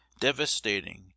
devastating